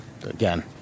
again